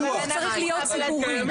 החינוך צריך להיות ציבורי.